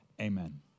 amen